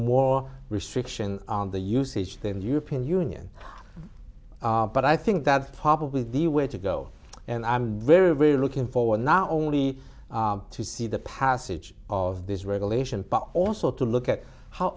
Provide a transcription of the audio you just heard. more restrictions on the usage than the european union are but i think that's probably the way to go and i'm very very looking forward not only to see the passage of this regulation but also to look at how